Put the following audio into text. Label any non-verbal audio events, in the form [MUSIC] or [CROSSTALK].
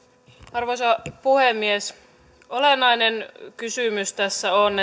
arvoisa puhemies olennainen kysymys tässä on [UNINTELLIGIBLE]